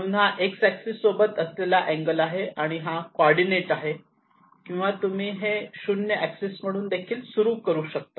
म्हणून हा x axis सोबत असलेला अँगल आहे आणि हा कोऑर्डिनेट आहे किंवा तुम्ही हे 0 एक्सिस म्हणून देखील सुरू करू शकतात